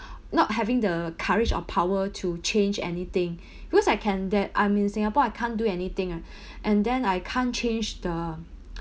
not having the courage or power to change anything because I can that I am in singapore I can't do anything ah and then I can't change the